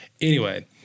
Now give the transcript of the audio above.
Anyway-